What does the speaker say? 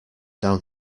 down